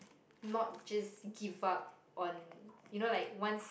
not just give up on you know like once